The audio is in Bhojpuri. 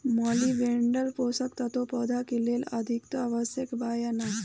मॉलिबेडनम पोषक तत्व पौधा के लेल अतिआवश्यक बा या न?